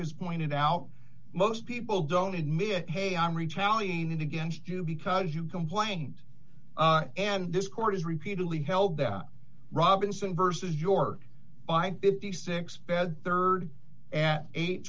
has pointed out most people don't admit hey i'm retaliated against you because you complained and this court has repeatedly held that robinson versus your buy fifty six bed rd at eight